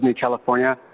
California